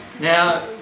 Now